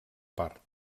part